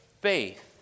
faith